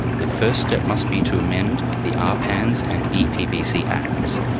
the first step must be to amend the arpans and epbc acts.